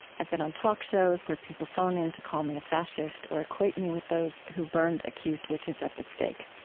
i've been on talk shows where people phone in to call me a fascist or equate me with those who burned accused witches at the stake.